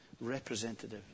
representative